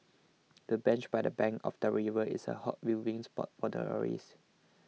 the bench by the bank of the river is a hot viewing spot for tourists